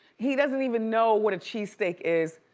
he doesn't even know what a cheesesteak is.